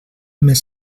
més